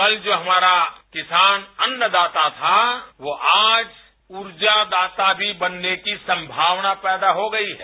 कल जो हमारा किसान अन्नदाता था वो आज रूर्जादाता भी बनने की संभावना पैदा हो गई है